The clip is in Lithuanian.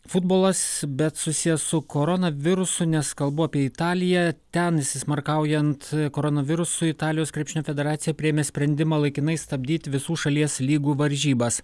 futbolas bet susijęs su koronavirusu nes kalbu apie italiją ten įsismarkaujant koronavirusui italijos krepšinio federacija priėmė sprendimą laikinai stabdyt visų šalies lygų varžybas